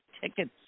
tickets